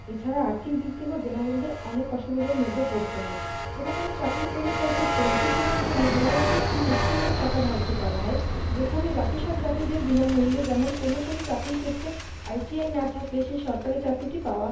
এছাড়া আর্থিক দিক থেকেও জেনারেলদের অনেক অসুবিধের মধ্যে পড়তে হয় কোনো কোনো চাকরির পরীক্ষার ক্ষেত্রে নথি পূরণের জন্য জেনারেলদের খুব উচ্চমানের টাকা ধার্য করা হয় যেখানে বাকি সব জাতিদের বিনামূল্যে যেমন কোনো কোনো চাকরির ক্ষেত্রে আই টি আই না থাকলে সেই সরকারি চাকরিটি পাওয়া